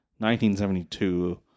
1972